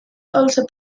also